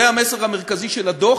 זה המסר המרכזי של הדוח.